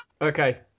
Okay